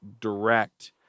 Direct